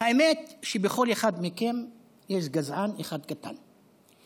האמת היא שבכל אחד מכם יש גזען אחד קטן,